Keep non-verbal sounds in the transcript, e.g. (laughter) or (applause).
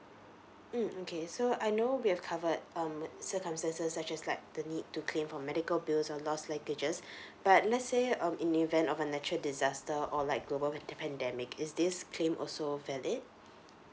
mm okay so I know we have covered um circumstances I just like the need to claim for medical bills or lost luggages (breath) but let's say um in the event of a natural disaster or like global pa~ pandamic is this claim also valid